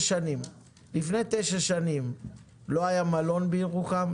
לפני תשע שנים לא היה מלון בירוחם,